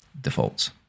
defaults